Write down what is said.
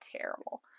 terrible